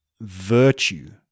virtue